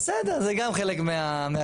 בסדר, זה גם חלק מהכללים.